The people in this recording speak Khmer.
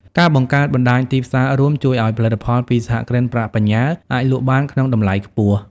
ការបង្កើត "បណ្ដាញទីផ្សាររួម" ជួយឱ្យផលិតផលពីសហគ្រិនប្រាក់បញ្ញើអាចលក់បានក្នុងតម្លៃខ្ពស់។